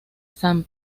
san